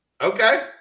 Okay